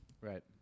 Right